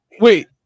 Wait